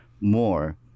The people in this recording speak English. more